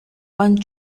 one